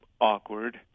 awkward